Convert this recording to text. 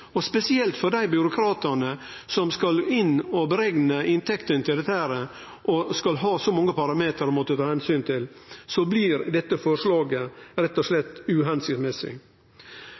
handtere. Spesielt for dei byråkratane som skal inn og berekne inntektene her – når dei skal ha så mange parametrar å ta omsyn til – blir dette forslaget rett og slett